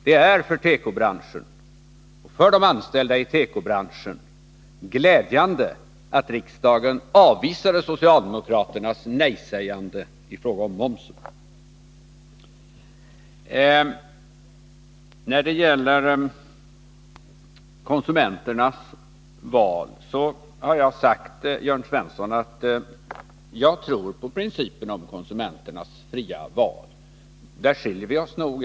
Det är för tekobranschen och för dess anställda glädjande att riksdagen avvisade socialdemokraternas nejsägande i fråga om momsen. När det gäller konsumenternas val tror jag, Jörn Svensson, på principen om konsumenternas fria val. På den punkten skiljer sig våra uppfattningar.